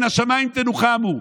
מן השמיים תנוחמו.